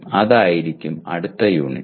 അതായിരിക്കും അടുത്ത യൂണിറ്റ്